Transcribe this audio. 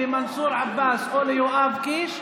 למנסור עבאס או ליואב קיש,